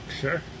Sure